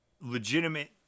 legitimate